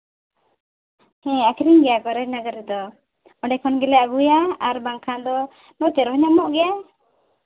ᱦᱮᱸ ᱟᱹᱠᱷᱨᱤᱧ ᱜᱮᱭᱟ ᱠᱚ ᱨᱟᱡᱽᱱᱚᱜᱚᱨ ᱨᱮᱫᱚ ᱚᱸᱰᱮ ᱠᱷᱚᱱ ᱜᱮᱞᱮ ᱟᱹᱜᱩᱭᱟ ᱟᱨ ᱵᱟᱝᱠᱷᱟᱱ ᱫᱚ ᱱᱚᱛᱮ ᱨᱮᱦᱚᱸ ᱧᱟᱢᱚᱜ ᱜᱮᱭᱟ